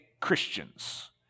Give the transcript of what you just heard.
Christians